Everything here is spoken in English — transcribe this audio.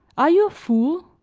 are you a fool?